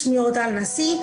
שמי אורטל נשיא,